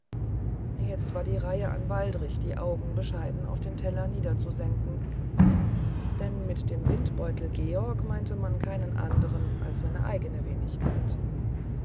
jetzt war die reihe an waldrich die augen bescheiden auf den teller niederzusenken denn mit dem windbeutel georg meinte man keinen anderen als seine eigene wenigkeit